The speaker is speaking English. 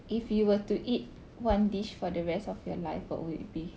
if you were to eat one dish for the rest of your life what would it be